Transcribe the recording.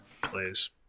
Please